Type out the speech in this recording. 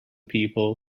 people